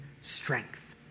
strength